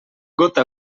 gota